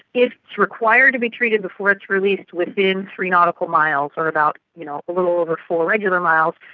it's required to be treated before it's released within three nautical miles or about you know a little over four regular miles,